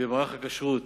במערך הכשרות,